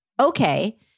okay